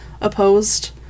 opposed